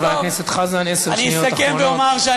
חבר הכנסת חזן, עשר שניות אחרונות.